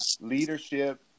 leadership